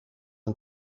een